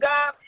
God